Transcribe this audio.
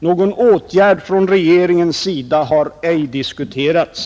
Någon åtgärd från regeringens sida har ej diskuterats.